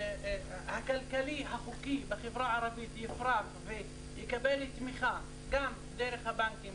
הכלכלי החוקי בחברה הערבית יוחרג ויקבל תמיכה גם דרך הבנקים,